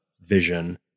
vision